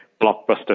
blockbuster